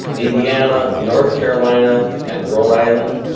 indiana, north carolina, and rhode island,